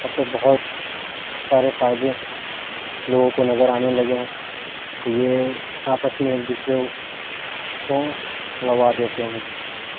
اب تو بہت سارے فائدے لوگوں کو نظر آنے لگے ہیں تو یہ آپس میں ایک دوسرے کو لڑوا دیتے ہیں